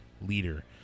leader